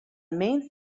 mean